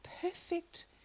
perfect